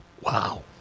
wow